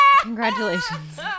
Congratulations